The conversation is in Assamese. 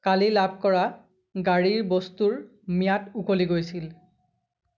কালি লাভ কৰা গাড়ীৰ বস্তুৰ ম্যাদ উকলি গৈছিল